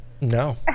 No